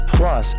Plus